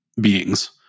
beings